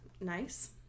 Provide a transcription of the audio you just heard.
nice